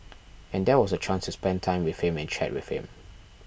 and that was a chance to spend time with him and chat with him